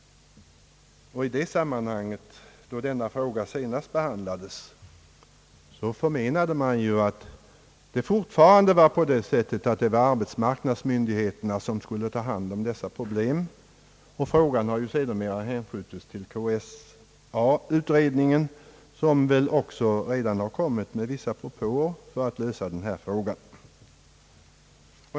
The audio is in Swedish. Då frågan senast behandlades, förmenade man att det fortfarande var arbetsmarknadsmyndigheterna som skulle ta hand om dessa problem, och frågan har sedermera hänskjutits till KSA-utredningen, som redan torde ha kommit med vissa propåer för att lösa frågan.